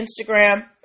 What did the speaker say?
Instagram